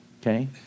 okay